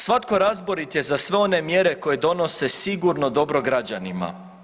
Svatko razborit je za one mjere koje donose sigurno dobro građanima.